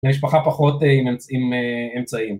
למשפחה פחות עם אמצעים